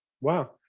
Wow